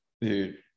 Dude